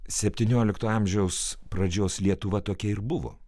septyniolikto amžiaus pradžios lietuva tokia ir buvo